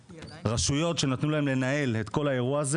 הרשויות שנתנו להן לנהל את כל האירוע הזה